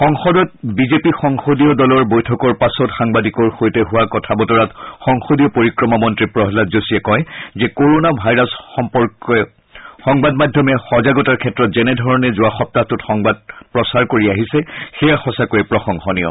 সংসদত বিজেপি সংসদীয় দলৰ বৈঠকৰ পাছত সাংবাদিকৰ সৈতে হোৱা কথা বতৰাত সংসদীয় পৰিক্ৰমা মন্ত্ৰী প্ৰহ্মদ যোশীয়ে কয় যে কৰণা ভাইৰাছ সম্পৰ্ক সংবাদ মাধ্যমে সজাগতাৰ ক্ষেত্ৰত যেনেধৰণে যোৱা সপ্তাহটোত সংবাদ সম্প্ৰচাৰ কৰি আহিছে সেয়া সঁচাকৈয়ে প্ৰশংসনীয়